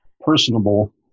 personable